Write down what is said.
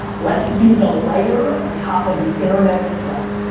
let's be the layer on top of the internet itself.